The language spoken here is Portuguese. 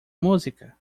música